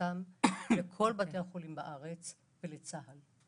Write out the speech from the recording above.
ואספקתם לכל בתי החולים בארץ ולצה"ל.